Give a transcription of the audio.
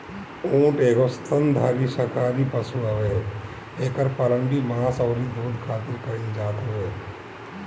ऊँट एगो स्तनधारी शाकाहारी पशु हवे एकर पालन भी मांस अउरी दूध खारित कईल जात हवे